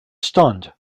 stunned